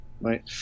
right